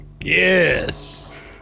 Yes